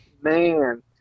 man